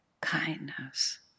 kindness